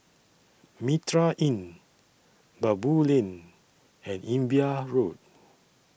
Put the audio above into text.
Mitraa Inn Baboo Lane and Imbiah Road